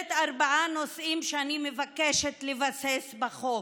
כוללת ארבעה נושאים שאני מבקשת לבסס בחוק,